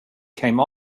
came